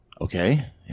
Okay